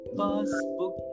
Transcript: passbook।